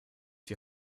die